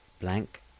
Blank